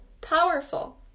powerful